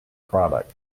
product